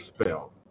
spell